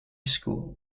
school